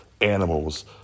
animals